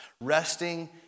Resting